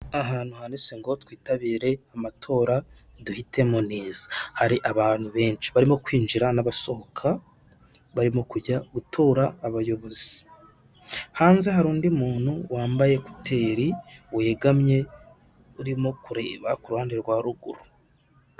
Ahantu handitse ngo twitabire amatora duhitemo neza, hari abantu benshi barimo kwinjira n'abasohoka, barimo kujya gutora abayobozi, hanze hari undi muntu wambaye kuteri, wegamye urimo kureba ku ruhande rwa ruguru.